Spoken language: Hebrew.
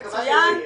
מצוין,